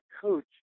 coach